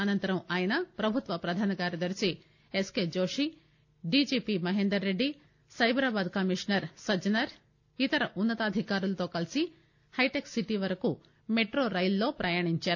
అనంతరం ఆయన ప్రభుత్వ ప్రధాన కార్యదర్శి S K Joshi DGP Mahender Reddy Cyberabad commissioner Sajjanar ఇతర ఉన్నతాధికారులతో కలిసి హైటెక్ సిటీ వరకు మెట్రో రైలులో ప్రయాణించారు